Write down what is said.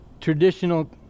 traditional